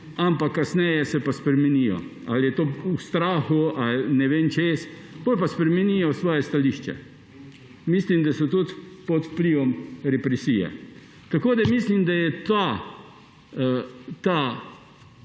ampak kasneje se pa spremenijo. Ali je to strah ali ne vem kaj, potem spremenijo svoje stališče. Mislim, da so tudi pod vplivom represije. Mislim, da je ta